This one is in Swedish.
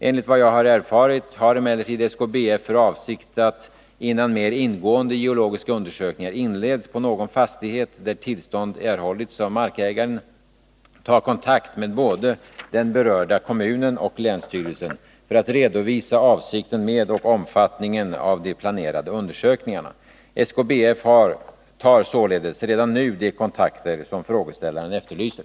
Enligt vad jag har erfarit har emellertid SKBF för avsikt att, innan mer ingående geologiska undersökningar inleds på någon fastighet där tillstånd erhållits av markägaren, ta kontakt med både den berörda kommunen och länsstyrelsen för att redovisa avsikten med och omfattningen av de planerade undersökningarna. SKBF tar således redan nu de kontakter som frågeställaren efterlyser.